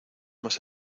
más